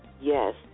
yes